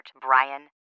Brian